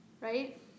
right